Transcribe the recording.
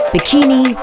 Bikini